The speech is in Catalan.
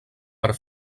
per